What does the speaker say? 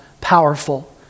powerful